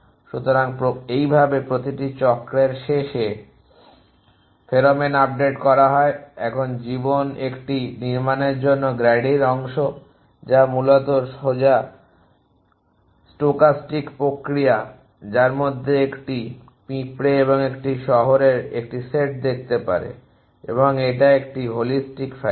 সুতরাং এইভাবে প্রতিটি চক্রের শেষে ফেরোমোন আপডেট করা হয় এখন জীবন একটি নির্মাণের জন্য গ্র্যাডির অংশ যা মূলত সহজ স্টোকাস্টিক প্রক্রিয়া যার মধ্যে একটি পিঁপড়া এবং এটি শহরের একটি সেট দেখতে পারে এবং এটা একটি হোলিস্টিক ফ্যাশন